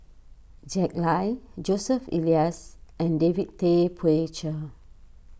Jack Lai Joseph Elias and David Tay Poey Cher